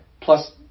plus